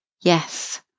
yes